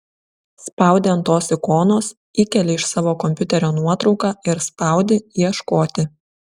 spaudi ant tos ikonos įkeli iš savo kompiuterio nuotrauką ir spaudi ieškoti